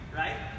right